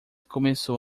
começou